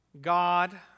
God